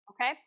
Okay